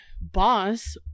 boss